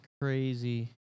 crazy